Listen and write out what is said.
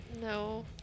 No